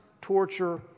torture